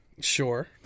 Sure